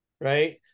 right